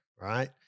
right